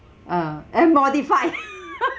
ah and modified